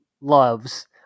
loves